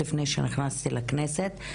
לפני שנכנסתי לכנסת,